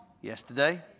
Yesterday